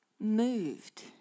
moved